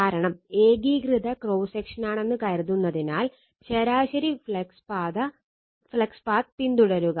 കാരണം ഏകീകൃത ക്രോസ് സെക്ഷനാണെന്ന് കരുതുന്നതിനാൽ ശരാശരി ഫ്ലക്സ് പാത്ത് പിന്തുടരുക